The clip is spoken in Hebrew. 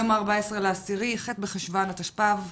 היום ה-14 באוקטובר, ח' בחשוון התשפ"ב.